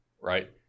right